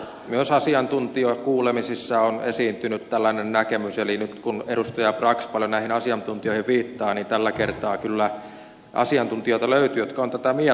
myös asiantuntijakuulemisissa on esiintynyt tällainen näkemys eli nyt kun edustaja brax paljon näihin asiantuntijoihin viittaa niin tällä kertaa kyllä asiantuntijoita löytyy jotka ovat tätä mieltä